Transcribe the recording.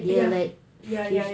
ya ya ya ya